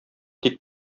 тик